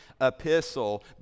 epistle